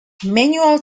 manual